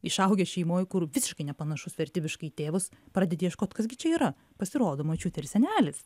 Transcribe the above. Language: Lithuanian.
išaugęs šeimoj kur visiškai nepanašus vertybiškai į tėvus pradedi ieškot kas gi čia yra pasirodo močiutė ir senelis